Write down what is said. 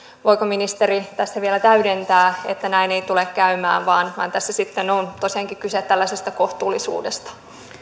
voiko ministeri tässä vielä täydentää että näin ei tule käymään vaan tässä sitten on tosiaankin kyse tällaisesta kohtuullisuudesta